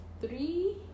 three